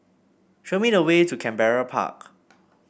show me the way to Canberra Park